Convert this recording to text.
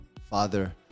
father